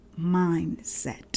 mindset